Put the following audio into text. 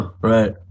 Right